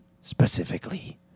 specifically